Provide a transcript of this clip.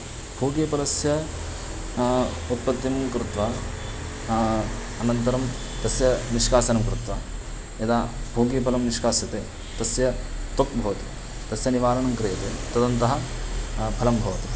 पूगीपलस्य उत्पत्तिं कृत्वा अनन्तरं तस्य निष्कासनं कृत्वा यदा पूगीफलं निष्कास्यते तस्य त्वक् भवति तस्य निवारणं क्रियते तदन्तः फलं भवति